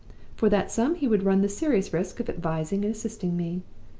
for that sum he would run the serious risk of advising and assisting me.